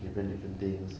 different different things